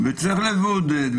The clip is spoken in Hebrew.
וצריך לבודד.